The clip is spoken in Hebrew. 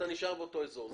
אתה נשאר באותו אזור.